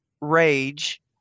rage